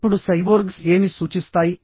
ఇప్పుడు సైబోర్గ్స్ ఏమి సూచిస్తాయి